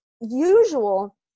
usual